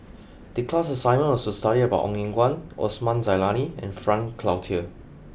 the class assignment was to study about Ong Eng Guan Osman Zailani and Frank Cloutier